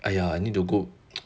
!aiya! I need to go